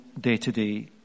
day-to-day